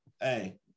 hey